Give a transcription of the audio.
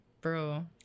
Bro